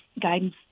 guidance